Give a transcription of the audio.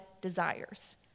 desires